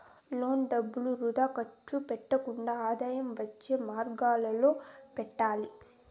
loan డబ్బులు వృథా ఖర్చు పెట్టకుండా ఆదాయం వచ్చే మార్గాలలో పెట్టాలి